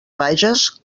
bages